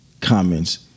comments